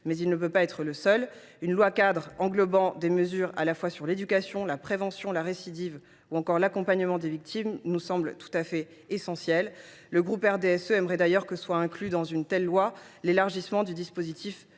ci ne peut pas être le seul. Une loi cadre, englobant des mesures à la fois sur l’éducation, la prévention, la récidive ou encore l’accompagnement des victimes, nous semble tout à fait essentielle. Le groupe RDSE aimerait d’ailleurs que soit inclus dans une telle loi l’élargissement du dispositif